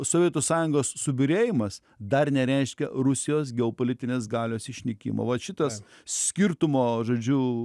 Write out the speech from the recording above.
sovietų sąjungos subyrėjimas dar nereiškia rusijos geopolitinės galios išnykimo vat šitas skirtumo žodžiu